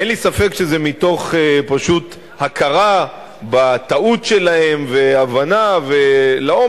אין לי ספק שזה פשוט מתוך הכרה בטעות שלהם והבנה לעומק,